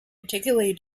particularly